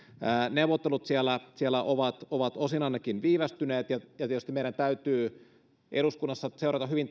neuvottelut siellä siellä ovat ovat osin ainakin viivästyneet ja ja tietysti meidän täytyy eduskunnassa seurata hyvin